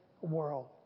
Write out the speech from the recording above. world